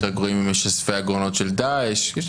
"יותר